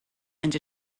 and